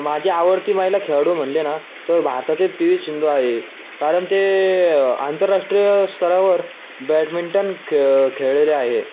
माझी आवडती महिला खेळाडू म्हणले ना तर भारतातील पी वी स सिंधु आहे कारण ते आंतरराष्ट्रीय स्तरावर बॅडमिंटन खे खेळलेले आहे